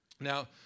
Now